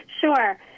Sure